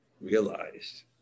Realized